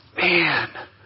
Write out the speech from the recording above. Man